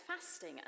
fasting